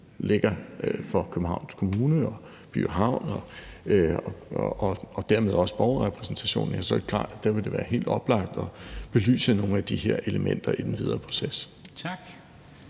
ligger hos Københavns Kommune, By & Havn, og dermed også Borgerrepræsentationen, vil det være helt oplagt at belyse nogle af de her elementer i den videre proces. Kl.